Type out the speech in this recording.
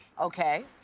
Okay